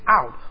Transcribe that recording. out